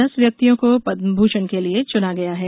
दस व्यक्तियों को पदमभूषण के लिए चुना गया है